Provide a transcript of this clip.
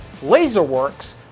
LaserWorks